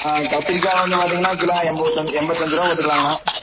ஆ கத்திரிக்காய் வந்து பார்த்தீங்கன்னா கிலோ எண்போத்தஞ்சி எண்பத்தஞ்சிருவா போட்டுக்குலாங்கண்ணா